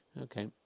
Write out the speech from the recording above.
Okay